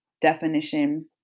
definition